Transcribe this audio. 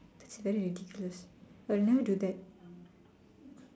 it's very ridiculous will you do that